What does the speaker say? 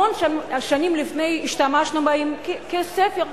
המון שנים לפני השתמשנו בהם, כספר.